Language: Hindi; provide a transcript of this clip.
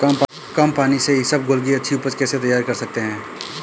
कम पानी से इसबगोल की अच्छी ऊपज कैसे तैयार कर सकते हैं?